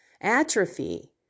atrophy